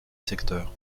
secteur